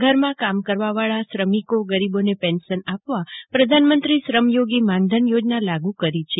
ઘરમાં કામ કરવાવાળા શ્રમિકો ગરીબોને પેંન્શન આપવા પ્રધાનમંત્રી શ્રમયોગી માનધન યોજના લાગુ કરી છે